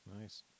Nice